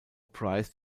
price